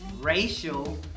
racial